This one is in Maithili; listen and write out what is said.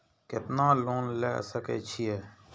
केतना लोन ले सके छीये?